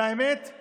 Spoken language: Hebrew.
והאמת היא